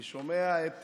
אני שומע את